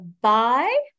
bye